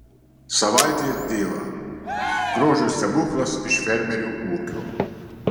savaitės diva grožio stebuklas iš fermerių ūkio